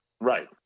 Right